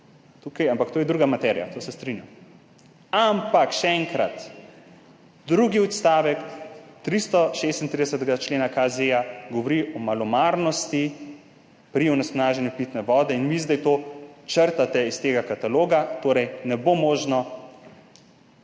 ampak to je druga materija, se strinjam. Ampak še enkrat, drugi odstavek 336. člena KZ govori o malomarnosti pri onesnaženju pitne vode in vi zdaj to črtate iz tega kataloga. Torej ne bo možno